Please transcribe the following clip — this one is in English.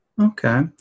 Okay